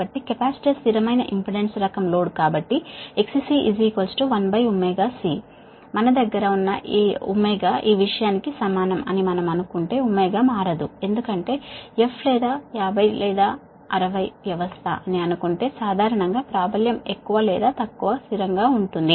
కాబట్టి కెపాసిటర్ స్థిరమైన ఇంపెడెన్స్ రకం లోడ్ కాబట్టి XC 1ωC మన దగ్గర ఉన్న ఈ కి సమానం అని మనం అనుకుంటే మారదు ఎందుకంటే f లేదా 50 లేదా 60 వ్యవస్థ అని అనుకుంటే సాధారణంగా ప్రాబల్యం ఎక్కువ లేదా తక్కువ స్థిరంగా ఉంటుంది